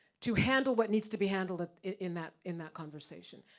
to handle what needs to be handled in that in that conversation.